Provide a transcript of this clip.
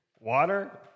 Water